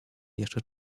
jeszcze